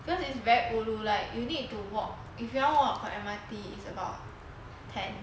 because it's very ulu like you need to walk if you want walk from M_R_T is about ten